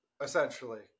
essentially